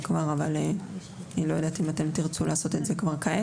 אבל אני לא יודעת אם אתם תרצו לעשות את זה כבר כעת.